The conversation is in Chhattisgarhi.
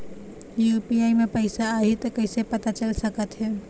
यू.पी.आई म पैसा आही त कइसे पता चल सकत हे?